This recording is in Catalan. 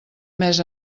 mes